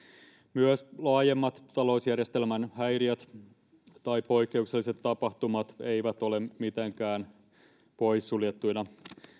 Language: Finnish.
myös laajemmat talousjärjestelmän häiriöt tai poikkeukselliset tapahtumat eivät ole mitenkään poissuljettuja